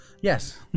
Yes